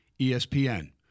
ESPN